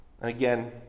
Again